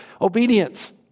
obedience